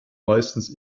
meistens